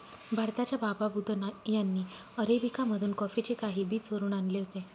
भारताच्या बाबा बुदन यांनी अरेबिका मधून कॉफीचे काही बी चोरून आणले होते